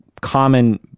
common